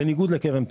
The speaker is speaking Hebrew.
בניגוד לקרן פנסיה.